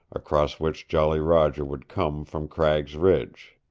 across which jolly roger would come from cragg's ridge.